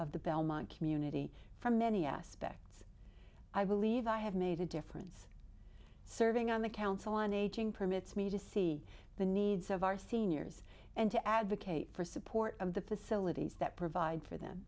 of the belmont community from many aspects i believe i have made a difference serving on the council on aging permits me to see the needs of our seniors and to advocate for support of the facilities that provide for them